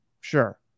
Sure